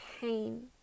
pain